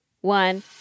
one